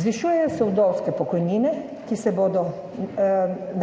Zvišujejo se vdovske pokojnine, ki se bodo